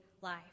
life